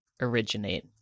originate